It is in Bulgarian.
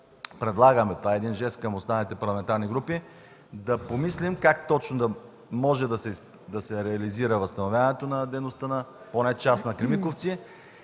предлагаме – това е жест към останалите парламентарни групи – да помислим как точно може да се реализира възстановяването на дейността на поне част от „Кремиковци”.